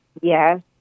Yes